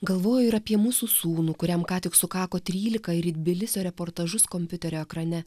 galvoju ir apie mūsų sūnų kuriam ką tik sukako trylika ir į tbilisio reportažus kompiuterio ekrane